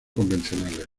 convencionales